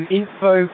info